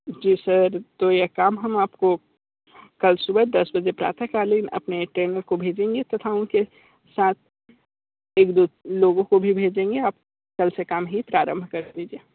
जी sir तो ये काम हम आपको कल सुबह दस बजे प्रातः कालीन अपने टेनर को भेजेंगे तथा उनके साथ एक दो लोगों को भी भेजेंगे आप कल से काम ही प्रारंभ कर दीजिये